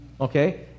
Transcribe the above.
Okay